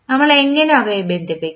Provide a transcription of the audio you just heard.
നമ്മൾ എങ്ങനെ അവയെ ബന്ധിപ്പിക്കും